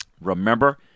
Remember